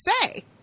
say